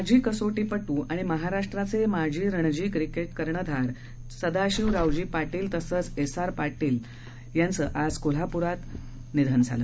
माजी कसोटी क्रिकेटपटू आणि महाराष्ट्राचे माजी रणजी क्रिकेट कर्णधार सदाशिव रावजी पाटील तथा एस आर पाटील यांचं आज कोल्हापुरात वर्षी निधन झालं